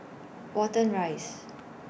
Watten Rise